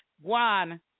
One